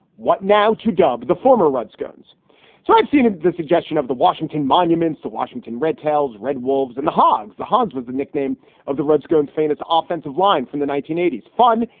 what now to dub the former redskins? so so i've seen and the suggestion of the washington monuments to washington, red tails, red wolves and the hogs. the hogs was the nickname of the redskins famous ah offensive line from the nineteen eighty s. fun,